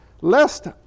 Lest